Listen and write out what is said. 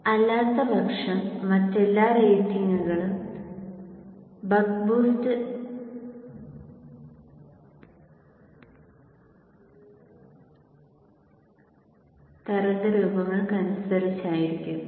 അല്ലാത്തപക്ഷം മറ്റെല്ലാ റേറ്റിംഗുകളും ബക്ക് ബൂസ്റ്റ് തരംഗ രൂപങ്ങൾക്കനുസരിച്ചായിരിക്കും